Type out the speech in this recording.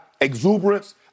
exuberance